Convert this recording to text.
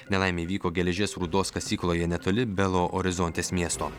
nelaimė įvyko geležies rūdos kasykloje netoli belo orizontės miesto